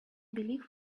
believe